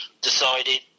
decided